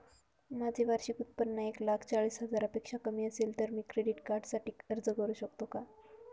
माझे वार्षिक उत्त्पन्न एक लाख चाळीस हजार पेक्षा कमी असेल तर मी क्रेडिट कार्डसाठी अर्ज करु शकतो का?